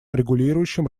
регулирующим